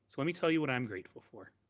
so let me tell you what i'm grateful for.